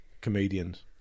comedians